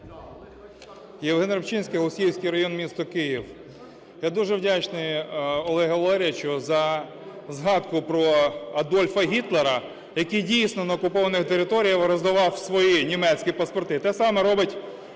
Євген Рибчинський, Голосіївський район, місто Київ. Я дуже вдячний Олегу Валерійовичу за згадку про Адольфа Гітлера, який дійсно на окупованих територіях роздавав свої німецькі паспорти. Те саме робить